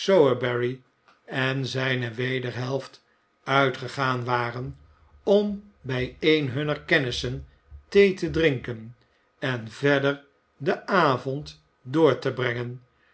sowerberry en zijne wederhelft uitgegaan waren om bij een hunner kennissen thee te drinken en verder den avond door te brengen